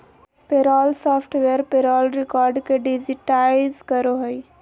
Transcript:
payroll software payroll record के digitise करो हइ